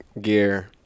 gear